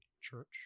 church